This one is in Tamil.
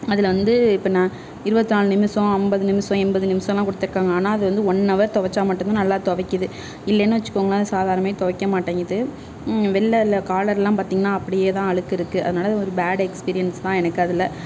அதில் வந்து இப்போ நான் இருபத்தி நாலு நிமிசம் அம்பது நிமிசம் எண்பது நிமிஷலாம் கொடுத்துருக்காங்க ஆனால் அது வந்து ஒன் நவர் துவச்சா மட்டும் தான் நல்லா துவைக்குது இல்லேனு வச்சிக்குங்களே அது சாதாரணமாகவே துவைக்க மாட்டேங்குது வெளில உள்ள காலர்கள்லாம் பார்த்தீங்கன்னா அப்படியே தான் அழுக்கு இருக்கு அதனால் இது ஒரு பேட் எக்சிபிரியன்ஸ் தான் எனக்கு அதில்